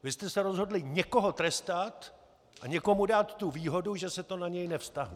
Vy jste se rozhodli někoho trestat a někomu dát tu výhodu, že se to na něj nevztahuje.